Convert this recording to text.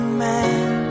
man